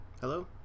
hello